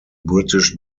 british